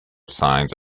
signs